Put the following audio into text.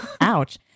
Ouch